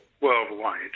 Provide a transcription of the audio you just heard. worldwide